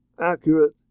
accurate